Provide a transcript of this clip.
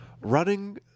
running